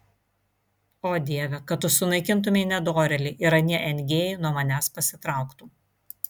o dieve kad tu sunaikintumei nedorėlį ir anie engėjai nuo manęs pasitrauktų